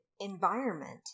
environment